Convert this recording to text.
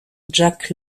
jack